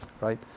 right